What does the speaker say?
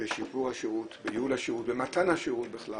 שיפור השירות וייעול השירות ומתן השירות בכלל,